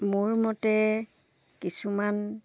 মোৰ মতে কিছুমান